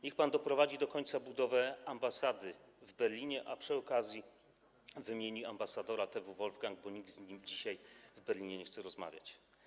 Niech pan doprowadzi do końca budowę ambasady w Berlinie, a przy okazji wymieni ambasadora TW Wolfganga, bo nikt z nim dzisiaj w Berlinie nie chce rozmawiać.